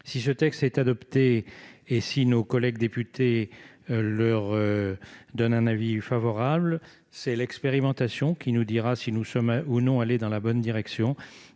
Si ce texte est adopté et si nos collègues députés y donnent une suite favorable, c'est l'expérimentation qui nous dira si nous sommes ou non allés dans la bonne direction.